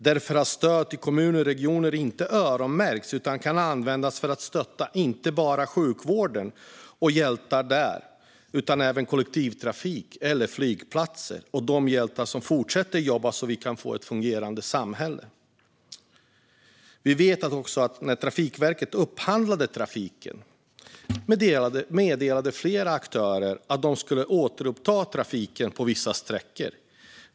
Därför har stöd till kommuner och regioner inte öronmärkts utan kan användas för att stötta inte bara sjukvården och hjältarna där, utan även kollektivtrafik och flygplatser och de hjältar som fortsätter jobba så att vi kan få ett fungerande samhälle. Vi vet också att när Trafikverket upphandlade trafiken så meddelade flera aktörer att de skulle återuppta trafiken på vissa sträckor.